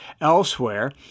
elsewhere